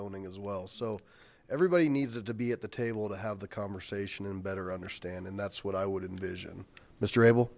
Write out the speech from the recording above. zoning as well so everybody needs it to be at the table to have the conversation and better understand and that's what i would envision mister able